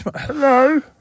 hello